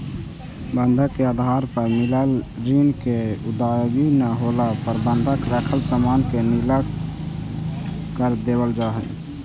बंधक के आधार पर मिलल ऋण के अदायगी न होला पर बंधक रखल सामान के नीलम कर देवल जा हई